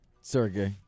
Sergey